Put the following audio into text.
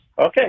Okay